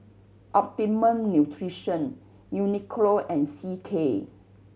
Optimum Nutrition Uniqlo and C K